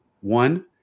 one